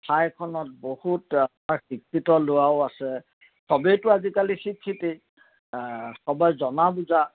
ঠাইখনত বহুত শিক্ষিত ল'ৰাও আছে চবেইটো আজিকালি শিক্ষিতেই চবেই জনা বুজা